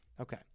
Okay